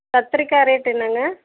கத்திரிக்காய் ரேட் என்னங்க